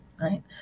right